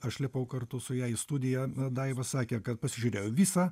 aš lipau kartu su ja į studiją daiva sakė kad pasižiūrėjo visą